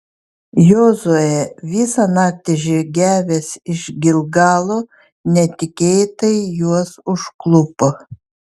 jozuė visą naktį žygiavęs iš gilgalo netikėtai juos užklupo